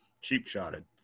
cheap-shotted